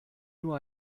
nur